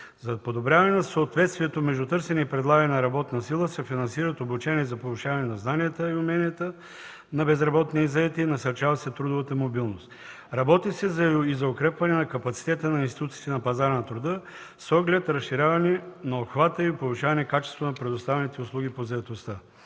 За подобряване на съответствието между търсене и предлагане на работна сила се финансират „Обучение за повишаване на знанията и уменията на безработни и заети”, насърчава се трудовата мобилност. Работи се и за укрепване на капацитета на институциите на пазара на труда с оглед разширяване на обхвата и повишаване качеството на предоставяните услуги по заетостта.